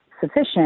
sufficient